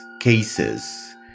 cases